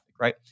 right